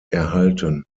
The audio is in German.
erhalten